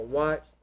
watch